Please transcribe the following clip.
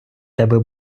тебе